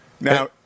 Now